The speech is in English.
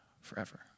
forever